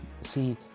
See